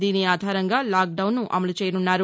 దీని ఆధారంగా లాక్డౌన్ను అమలు చేయనున్నారు